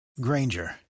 Granger